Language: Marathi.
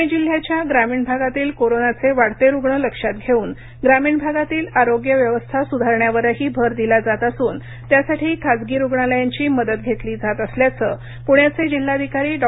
पुणे जिल्ह्याच्या ग्रामीण भागातील कोरोनाचे वाढते रुग्ण लक्षात घेऊन ग्रामीण भागातील आरोग्य व्यवस्था सुधारण्यावरही भर दिला जात असून त्यासाठी खासगी रुग्णालयांची मदत घेतली जात असल्याचं पुण्याचे जिल्हाधिकारी डॉ